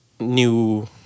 new